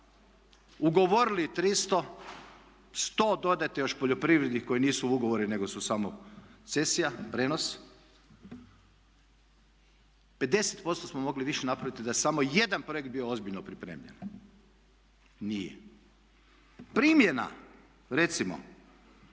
Ugovorili 300, 100 dodajte još poljoprivredni koji nisu ugovori nego su samo cesija, prijenos, 50% smo mogli više napraviti da je samo jedan projekt bio ozbiljno pripremljen. Nije. Primjena recimo